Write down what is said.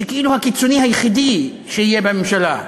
שכאילו הקיצוני היחיד שיהיה בממשלה,